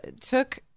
took